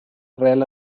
real